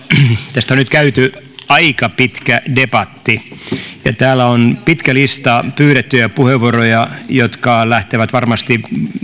tästä on nyt käyty aika pitkä debatti ja täällä on pitkä lista pyydettyjä puheenvuoroja jotka lähtevät varmasti